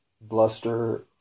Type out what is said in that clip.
bluster